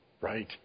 right